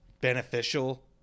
beneficial